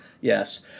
Yes